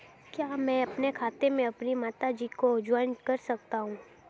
क्या मैं अपने खाते में अपनी माता जी को जॉइंट कर सकता हूँ?